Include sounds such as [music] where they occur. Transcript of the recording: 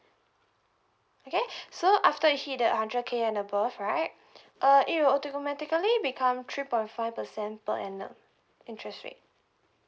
okay [breath] so after you hit the hundred K and above right uh it will automatically become three point five percent per annum interest rate